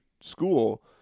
school